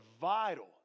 vital